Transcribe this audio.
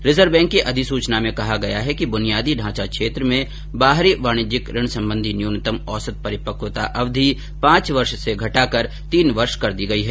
reserve bank की अधिसूचना में कहा गया है कि ब्नियादी ढांचा क्षेत्र में बाहरी वाणिज्यिक ऋण संबंधी न्यूनतम औसत परिपक्वता अवधि पांच वर्ष से घटाकर तीन वर्ष कर दी गई है